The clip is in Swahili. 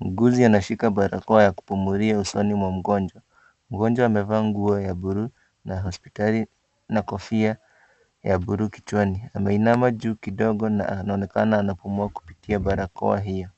Muuguzi anashika barakoa ya kupumilia usoni mwa mgonjwa. Mgonjwa amevaa nguo ya bluu ya hospitali na kofia ya bluu kichwani. Ameinama juu kidogo na anaonekana anapumua kupitia barakoa hiyo.